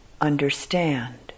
understand